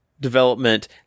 development